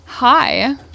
Hi